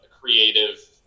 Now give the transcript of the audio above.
creative